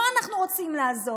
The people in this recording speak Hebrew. שלו אנחנו רוצים לעזור,